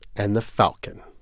and the falcon.